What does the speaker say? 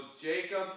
Jacob